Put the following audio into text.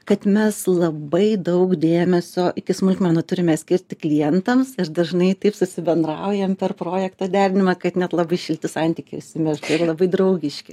kad mes labai daug dėmesio iki smulkmenų turime skirti klientams ir dažnai taip susibendraujam per projekto derinimą kad net labai šilti santykiai užsimezga ir labai draugiški